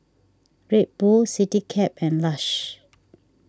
Red Bull CityCab and Lush